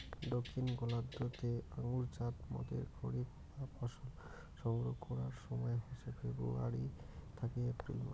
দক্ষিন গোলার্ধ তে আঙুরজাত মদের খরিফ বা ফসল সংগ্রহ করার সময় হসে ফেব্রুয়ারী থাকি এপ্রিল মাস